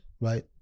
right